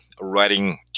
writing